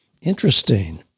Interesting